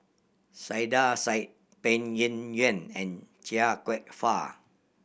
Saiedah Said Peng Yuyun and Chia Kwek Fah